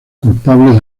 culpables